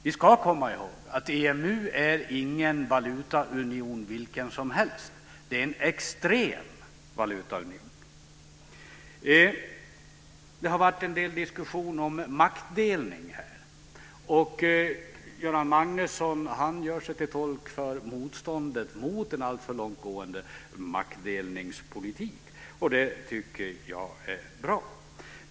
Vi ska komma ihåg att EMU inte är en valutaunion vilken som helst. Det är en extrem valutaunion. Det har varit en del diskussioner om maktdelning här. Göran Magnusson gör sig till tolk för motståndet mot en alltför långtgående maktdelningspolitik. Det tycker jag är bra.